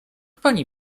pani